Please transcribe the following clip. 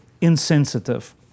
insensitive